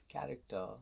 character